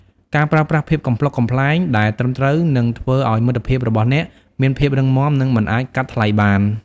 ការប្រើប្រាស់ភាពកំប្លុកកំប្លែងដែលត្រឹមត្រូវនឹងធ្វើឱ្យមិត្តភាពរបស់អ្នកមានភាពរឹងមាំនិងមិនអាចកាត់ថ្លៃបាន។